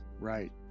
right